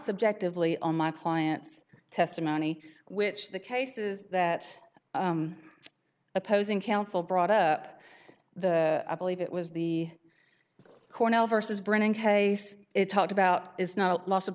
subjectively on my client's testimony which the cases that are opposing counsel brought up the i believe it was the cornell versus brennan case it talked about is not lo